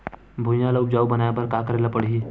भुइयां ल उपजाऊ बनाये का करे ल पड़ही?